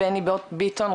בני ביטון,